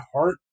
heart